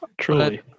Truly